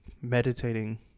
meditating